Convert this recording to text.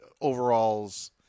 overalls